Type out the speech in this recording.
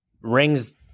Rings